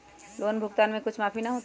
Loan भुगतान में कुछ माफी न होतई?